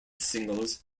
singles